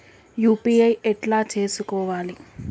UPI ఎట్లా చేసుకోవాలి?